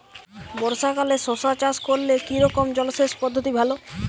বর্ষাকালে শশা চাষ করলে কি রকম জলসেচ পদ্ধতি ভালো?